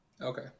Okay